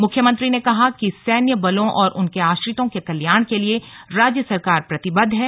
मुख्यमंत्री ने कहा कि सैन्य बलों और उनके आश्रितों के कल्याण के लिए राज्य सरकार प्रतिबद्ध है